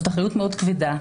זאת אחריות מאוד כבדה,